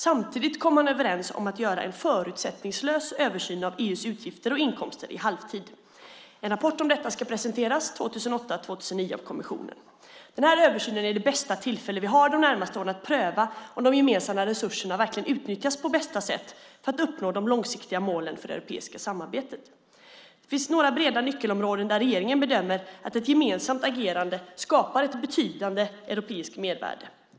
Samtidigt kom man överens om att göra en förutsättningslös översyn av EU:s utgifter och inkomster i halvtid. En rapport om detta ska presenteras av kommissionen 2008-2009. Den här översynen är det bästa tillfälle vi har de närmaste åren att pröva om de gemensamma resurserna verkligen utnyttjas på bästa sätt för att uppnå de långsiktiga målen för det europeiska samarbetet. Det finns några breda nyckelområden där regeringen bedömer att ett gemensamt agerande skapar ett betydande europeiskt mervärde.